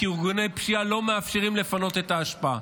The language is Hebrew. כי ארגוני פשיעה לא מאפשרים לפנות את האשפה.